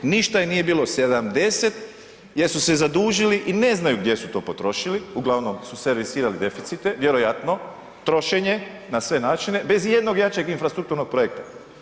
Ništa im nije bilo, 70 jer su se zadužili i ne znaju gdje su to potrošili, uglavnom su servisirali deficite, vjerojatno, trošenje na sve načine, bez i jednog jačeg infrastrukturnog projekta.